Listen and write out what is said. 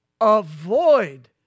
avoid